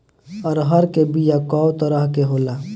अरहर के बिया कौ तरह के होला?